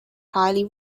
highly